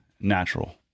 natural